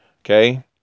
Okay